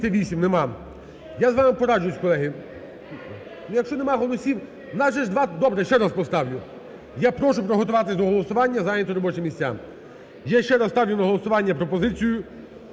Я з вами пораджусь, колеги. Якщо немає голосів… Добре, ще раз поставлю. Я прошу приготуватися до голосування, зайняти робочі місця. Я ще раз ставлю на голосування пропозицію